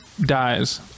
dies